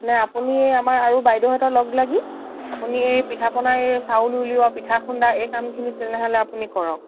নে আপুনি আমাৰ আৰু বাইদেউহঁত লগ লাগি আপুনি এই পিঠা পনা এই চাউল উলিওৱা এই পিঠা খুন্দা এই কামখিনি তেনেহ'লে আপুনি কৰক